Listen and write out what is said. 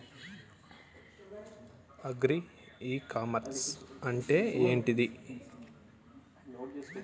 Agri e commerce అంటే ఏంటిది?